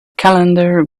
calendar